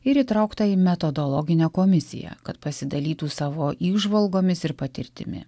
ir įtraukta į metodologinę komisiją kad pasidalytų savo įžvalgomis ir patirtimi